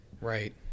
Right